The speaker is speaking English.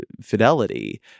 fidelity